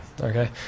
Okay